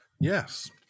Yes